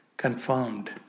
Confirmed